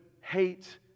hate